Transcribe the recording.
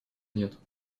нет